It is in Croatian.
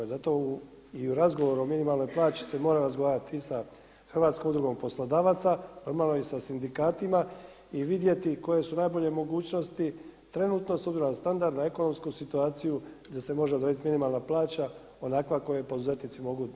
Zato i u razgovoru o minimalnoj plaći se mora razgovarati i sa Hrvatskom udrugom poslodavaca, normalno i sa sindikatima i vidjeti koje su najbolje mogućnosti trenutno s obzirom na standard, na ekonomsku situaciju gdje se može donijet minimalna plaća onakva koje poduzetnici mogu davati.